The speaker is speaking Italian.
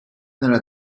nella